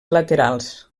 laterals